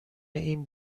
این